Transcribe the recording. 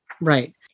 Right